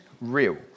real